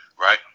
Right